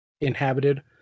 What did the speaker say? inhabited